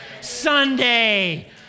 Sunday